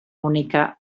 única